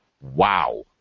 Wow